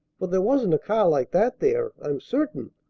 for there wasn't a car like that there, i'm certain!